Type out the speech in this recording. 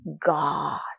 God